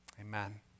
amen